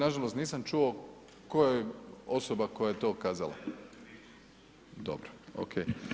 Nažalost nisam čuo tko je osoba koja je to kazala, dobro, ok.